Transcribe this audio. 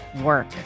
work